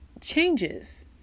changes